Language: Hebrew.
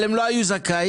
הם לא היו זכאים?